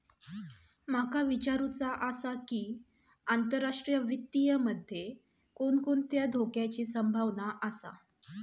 माका विचारुचा आसा की, आंतरराष्ट्रीय वित्त मध्ये कोणकोणत्या धोक्याची संभावना आसा?